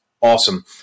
awesome